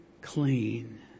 clean